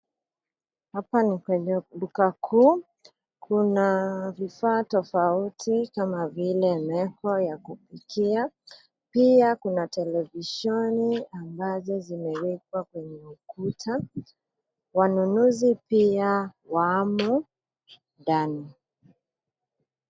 Hapa ni kwenye duka kuu, kuna vifaa tofauti kama vile meko ya kupikia, pia kuna televisheni ambazo zimewekwa kwenye ukuta, wanunuzi pia wamo ndani.